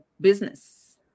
business